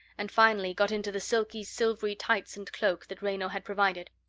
and finally got into the silky, silvery tights and cloak that raynor had provided.